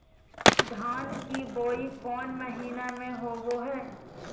धान की बोई कौन महीना में होबो हाय?